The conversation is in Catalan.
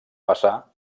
passar